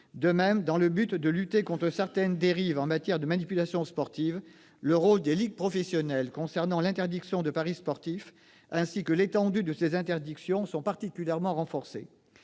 De même, afin de lutter contre certaines dérives en matière de manipulation sportive, le rôle des ligues professionnelles concernant l'interdiction de paris sportifs, ainsi que l'étendue de ces interdictions, est particulièrement renforcé.